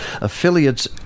affiliates